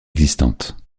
existantes